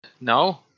No